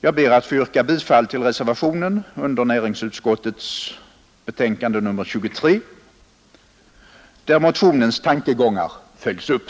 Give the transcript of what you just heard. Jag ber att få yrka bifall till reservationen i näringsutskottets betänkande nr 23, i vilken motionens tankegångar följs upp.